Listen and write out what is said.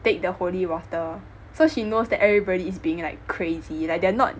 take the holy water so she knows that everybody is being like crazy like they're not